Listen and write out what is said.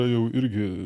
jau irgi